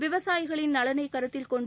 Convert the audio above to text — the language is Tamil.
விவசாயிகளின் நலனை கருத்தில் கொண்டு